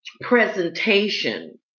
presentation